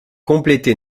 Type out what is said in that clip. complété